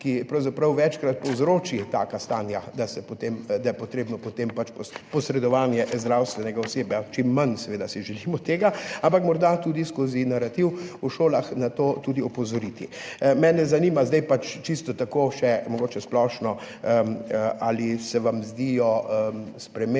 ki pravzaprav večkrat povzroči taka stanja, da je potrebno potem posredovanje zdravstvenega osebja. Tega si seveda želimo čim manj, ampak morda tudi skozi ta narativ v šolah na to opozorimo. Mene zanima še čisto tako na splošno: Ali se vam zdijo spremembe